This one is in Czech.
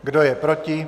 Kdo je proti?